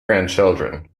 grandchildren